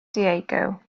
diego